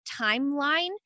timeline